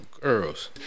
Girls